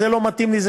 זה לא מתאים לי,